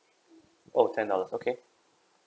oh ten dollars okay